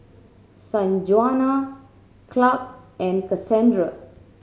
Sanjuana Clarke and Kassandra